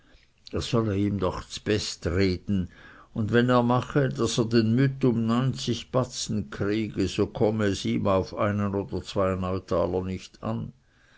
er solle ihm doch z'best reden und wenn er mache daß er den mütt um neunzig batzen kriege so komme es ihm auf einen oder zwei neutaler nicht an